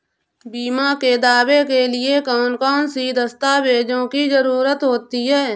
बीमा के दावे के लिए कौन कौन सी दस्तावेजों की जरूरत होती है?